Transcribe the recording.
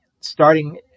starting